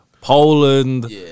Poland